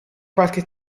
qualche